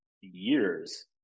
years